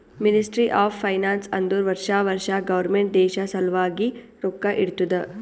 ministry of finance ಅಂದುರ್ ವರ್ಷಾ ವರ್ಷಾ ಗೌರ್ಮೆಂಟ್ ದೇಶ ಸಲ್ವಾಗಿ ರೊಕ್ಕಾ ಇಡ್ತುದ